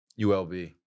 ULB